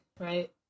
Right